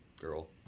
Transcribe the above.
girl